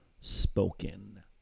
spoken